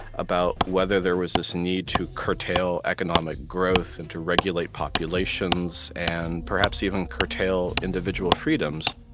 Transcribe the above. about whether there was this need to curtail economic growth, and to regulate populations, and perhaps even curtail individual freedoms